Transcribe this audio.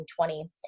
2020